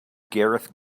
gareth